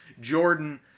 Jordan